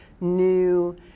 new